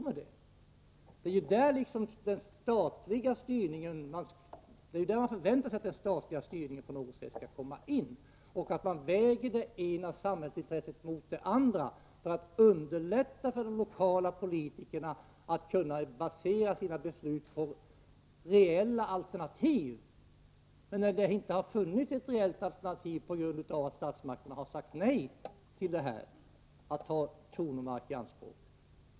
Men det är ju i det skedet som man förväntar sig att den statliga styrningen på något sätt skall komma med i bilden. Det ena samhällsintresset måste vägas mot det andra. På det sättet underlättas arbetet för de lokala politikerna. De skulle då kunna basera sina beslut på reella alternativ. Det har dock inte funnits något reellt alternativ på grund av att statsmakterna har sagt nej när det gäller framställningen om att få ta kronomark i anspråk.